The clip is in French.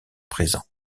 présents